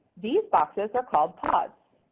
these boxes are called pods.